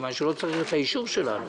מכיוון שלא צריך את האישור שלנו.